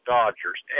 Dodgers